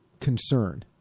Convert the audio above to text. concern